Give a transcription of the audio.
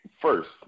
first